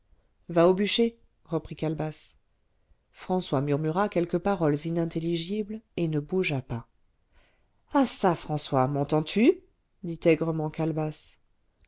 va au bûcher reprit calebasse françois murmura quelques paroles inintelligibles et ne bougea pas ah çà françois m'entends-tu dit aigrement calebasse